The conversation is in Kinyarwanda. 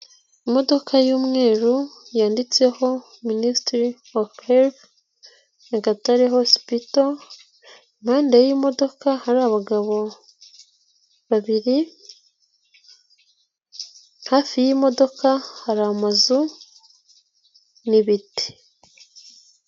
Imodoka y'umweru yanditseho minisitiri ofu herifu Nyagatare hosipito, impande y'imodoka hari abagabo babiri, hafi y'imodoka hari amazu n'ibiti.